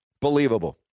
believable